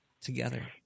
together